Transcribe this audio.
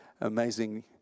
amazing